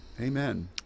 Amen